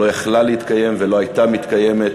לא הייתה יכולה להתקיים ולא הייתה מתקיימת